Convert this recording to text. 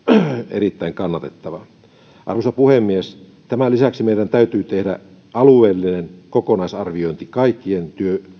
erittäin kannatettava arvoisa puhemies tämän lisäksi meidän täytyy tehdä alueellinen kokonaisarviointi kaikkien